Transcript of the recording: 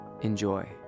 Enjoy